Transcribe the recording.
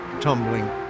tumbling